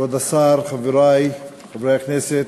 כבוד השר, חברי חברי הכנסת,